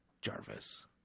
Jarvis